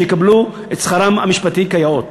שיקבלו את שכרם המשפטי כיאות.